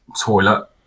toilet